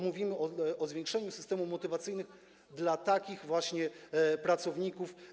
Mówimy o poszerzeniu systemów motywacyjnych dla takich właśnie pracowników.